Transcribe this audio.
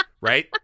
Right